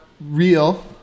real